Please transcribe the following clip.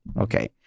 okay